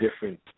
different